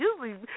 usually